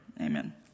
Amen